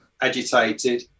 agitated